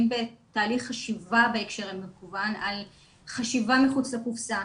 בתהליך חשיבה בהקשר המקוון על חשיבה מחוץ לקופסה,